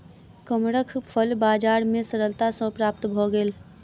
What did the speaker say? कमरख फल बजार में सरलता सॅ प्राप्त भअ गेल